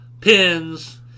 Pins